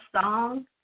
song